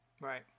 Right